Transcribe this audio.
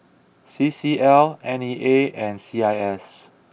C C L N E A and C I S